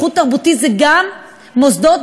ייחוד תרבותי זה גם מוסדות,